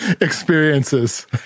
experiences